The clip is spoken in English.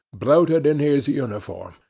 bloated in his uniform,